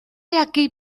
aquí